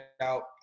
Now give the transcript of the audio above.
out